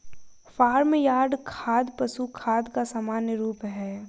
farm yard खाद पशु खाद का सामान्य रूप है